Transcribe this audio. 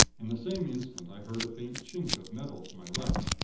in the same instant, i heard a faint chink of metal to my left,